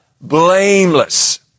blameless